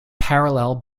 parallel